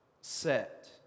set